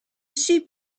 sheep